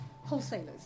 wholesalers